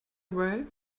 away